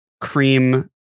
cream